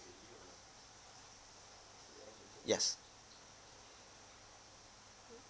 yes